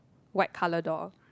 white colour door